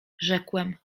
rzekłem